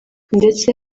ndetse